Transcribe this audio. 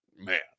man